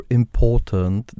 important